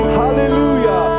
hallelujah